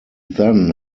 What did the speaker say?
then